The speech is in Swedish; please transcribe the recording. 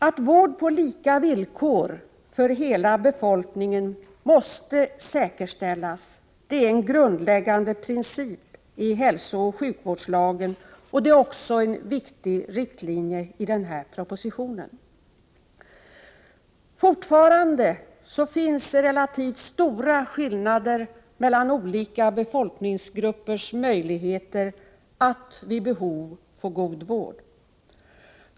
Att vård på lika villkor för hela befolkningen måste säkerställas är en grundläggande princip i hälsooch sjukvårdslagen och utgör också en viktig riktlinje i propositionen. Fortfarande finns det relativt stora skillnader mellan olika befolkningsgruppers möjligheter att vid behov få god vård.